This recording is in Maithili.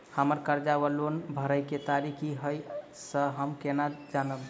हम्मर कर्जा वा लोन भरय केँ तारीख की हय सँ हम केना जानब?